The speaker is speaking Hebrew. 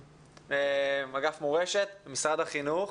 אגף מורשת במשרד החינוך.